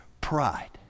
pride